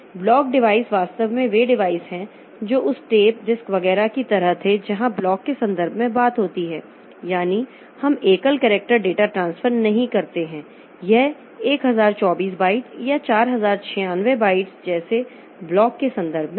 block device वास्तव में वे डिवाइस हैं जो उस टेप डिस्क वगैरह की तरह थे जहां ब्लॉक के संदर्भ में बात होती है यानी हम एकल करैक्टर डेटा ट्रांसफर नहीं करते हैं यह 1024 बाइट्स या 4096 बाइट्स जैसे ब्लॉक के संदर्भ में है